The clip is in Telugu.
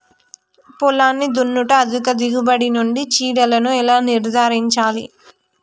పొలాన్ని దున్నుట అధిక దిగుబడి నుండి చీడలను ఎలా నిర్ధారించాలి?